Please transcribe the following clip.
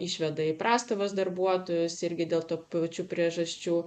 išveda į prastovas darbuotojus irgi dėl to pačių priežasčių